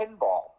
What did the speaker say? pinball